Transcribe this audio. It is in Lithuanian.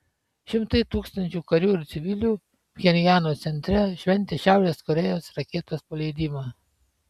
šimtai tūkstančių karių ir civilių pchenjano centre šventė šiaurės korėjos raketos paleidimą